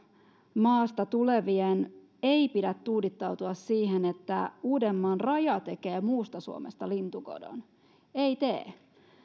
maasta tulevien ei pidä tuudittautua siihen että uudenmaan raja tekee muusta suomesta lintukodon ei tee